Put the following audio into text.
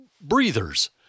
breathers